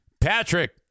Patrick